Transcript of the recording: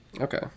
Okay